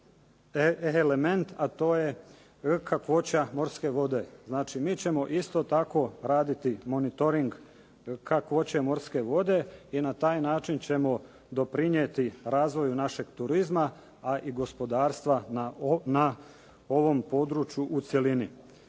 element, a to je kakvoća morske vode. Znači mi ćemo isto tako raditi monitoring kakvoće morske vode i na taj način ćemo doprinijeti razvoju našeg turizma, a i gospodarstva na ovom području u cjelini.